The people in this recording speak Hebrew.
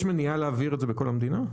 יש מניעה להעביר את זה בכל המדינה?